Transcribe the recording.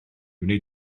wnei